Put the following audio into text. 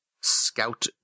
scout